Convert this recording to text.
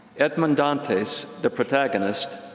edmond dantes, the protagonist,